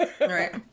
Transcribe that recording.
Right